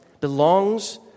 belongs